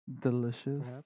Delicious